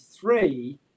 three